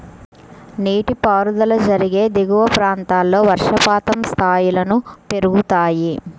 నీటిపారుదల జరిగే దిగువ ప్రాంతాల్లో వర్షపాతం స్థాయిలను పెరుగుతాయి